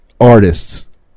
artists